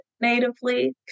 natively